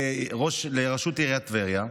לראשות עיריית טבריה,